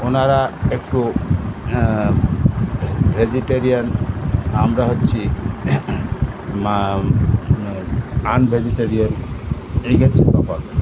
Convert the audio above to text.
ওনারা একটু ভেজিটেরিয়ান আমরা হচ্ছি আন ভেজিটেরিয়ান এটা হচ্ছে প্রবলেম